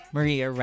Maria